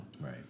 right